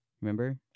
Remember